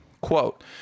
Quote